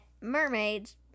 mermaids